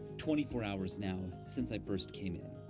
twenty four hours now since i first came in.